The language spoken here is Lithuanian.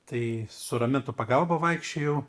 tai su ramentų pagalba vaikščiojau